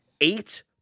eight